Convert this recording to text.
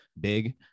big